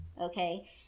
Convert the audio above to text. okay